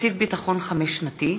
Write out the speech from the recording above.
תקציב ביטחון חמש-שנתי),